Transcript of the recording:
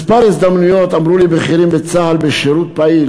בכמה הזדמנויות אמרו לי בכירים בצה"ל בשירות פעיל